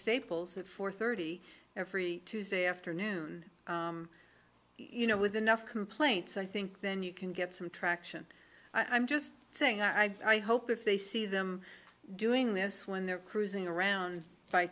staples at four thirty every tuesday afternoon you know with enough complaints i think then you can get some traction i'm just saying i i hope if they see them doing this when they're cruising around by